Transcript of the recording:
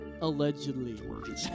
Allegedly